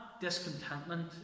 discontentment